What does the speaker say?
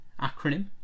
acronym